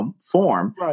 form